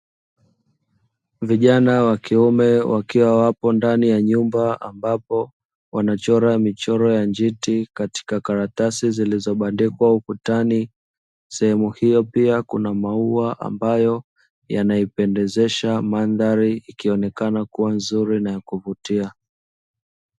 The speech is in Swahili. Vijana wa kiume wakiwa wapo ndani ya nyumba ambapo wanachora michoro ya njiti katika karatasi zilizobandikwa ukutani sehemu hiyo pia kuna maua ambayo yanaipendezesha mandhari ikionekana kuwa nzuri na kuvutia.